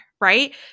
right